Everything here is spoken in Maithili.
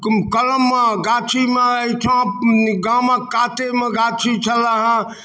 कलम मे गाछी मे एहिठाम गामक काते मे गाछी छलै हँ